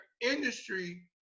industry